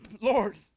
Lord